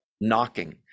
Knocking